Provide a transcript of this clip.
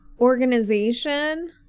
organization